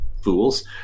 fools